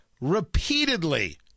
repeatedly